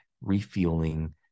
refueling